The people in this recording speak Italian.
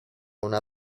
una